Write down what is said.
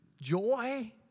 joy